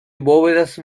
bóvedas